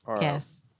Yes